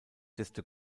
desto